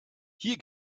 hier